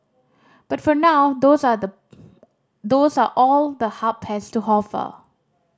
but for now those are the those are all the Hub has to offer